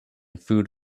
food